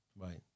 Right